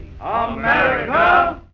America